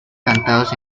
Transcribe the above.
cantados